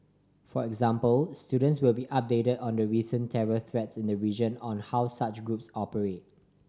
for example students will be updated on the recent terror threats in the region and how such groups operate